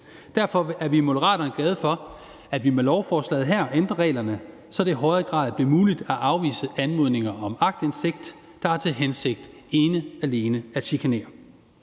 Derfor er vi i Moderaterne glade for, at vi med lovforslaget her ændrer reglerne, så det i højere grad bliver muligt at afvise anmodninger om aktindsigt, der har til hensigt ene og alene at chikanere.